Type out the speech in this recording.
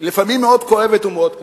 היא לפעמים מאוד כואבת ומאוד קשה.